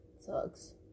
Sucks